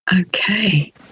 Okay